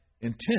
intent